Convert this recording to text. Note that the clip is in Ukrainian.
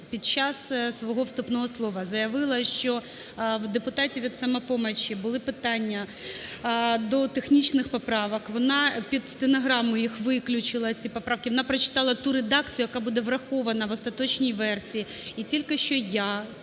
під час свого вступного слова заявила, що в депутатів від "Самопомочі" були питання до технічних поправок. Вона під стенограму їх виключила ці поправки. Вона прочитала ту редакцію, яка буде врахована в остаточній версії. І тільки що я